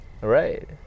right